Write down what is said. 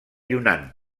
yunnan